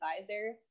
advisor